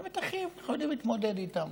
אלה מתחים שאנחנו יודעים להתמודד איתם